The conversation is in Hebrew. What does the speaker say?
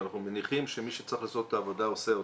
ואנחנו מניחים שמי שצריך לעשות את העבודה עושה אותה.